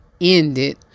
ended